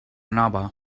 nova